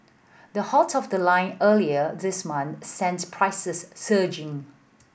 the halt of the line earlier this month sent prices surging